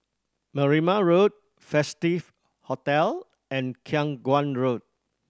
Berrima Road Festive Hotel and Khiang Guan Road